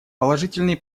положительные